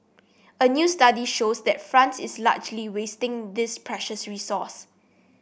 a new study shows that France is largely wasting this precious resource